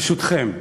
ברשותכם,